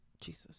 Jesus